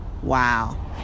Wow